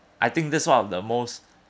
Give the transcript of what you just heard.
I think this one of the most